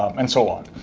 um and so on.